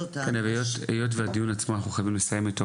היות ואנחנו חייבים לסיים עם הדיון הזה,